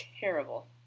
terrible